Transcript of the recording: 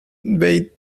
bade